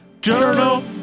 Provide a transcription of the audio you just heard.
journal